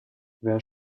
wer